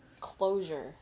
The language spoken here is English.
closure